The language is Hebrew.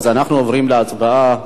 אנחנו עוברים להצבעה.